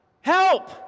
Help